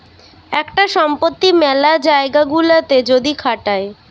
একটা সম্পত্তি মেলা জায়গা গুলাতে যদি খাটায়